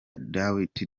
dwight